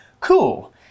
cool